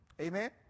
Amen